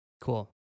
Cool